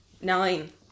Nine